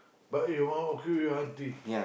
but you hor okay reality